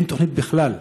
אין תוכנית בכלל,